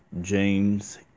James